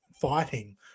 fighting